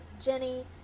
Jenny